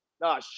Nah